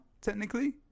technically